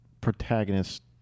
protagonist